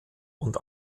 und